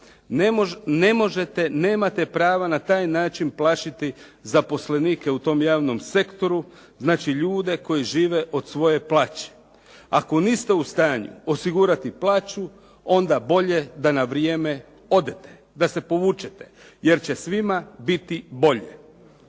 ne možete, nemate prava na taj način plašiti zaposlenike u tom javnom sektoru, znači ljude koji žive od svoje plaće. Ako niste u stanju osigurati plaću, onda bolje da na vrijeme odete, da se povučete, jer će svim biti bolje.